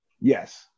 Yes